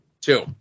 Two